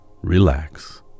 relax